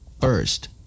First